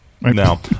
Now